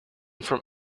from